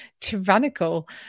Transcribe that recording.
tyrannical